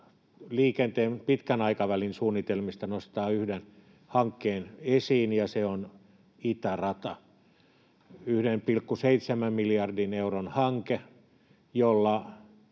liikenteen pitkän aikavälin suunnitelmista nostaa yhden hankkeen esiin, ja se on itärata, 1,7 miljardin euron hanke, jolla